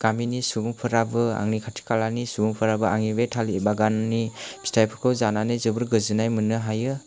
गामिनि सुबुंफोराबो आंनि खाथि खालानि सुबुंफोराबो आंनि बे थालिर बागाननि फिथाइफोरखौ जानानै जोबोर गोजोननाय मोननो हायो